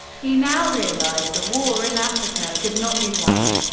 he now realized the war in africa could not be won.